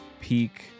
peak